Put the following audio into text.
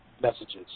messages